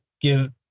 give